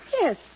Yes